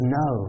no